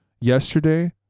yesterday